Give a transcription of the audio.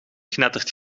knettert